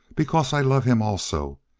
because i love him also,